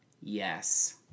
yes